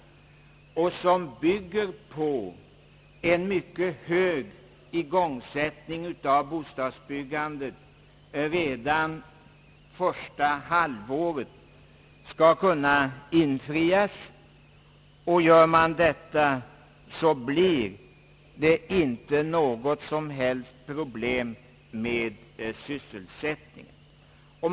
vissa skattepolitiska åtgärder, m.m. som bygger på en mycket hög igångsättning av bostadsbyggande redan första halvåret skall kunna infrias, och gör man detta blir det inte något som helst problem med sysselsättningen.